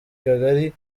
kagali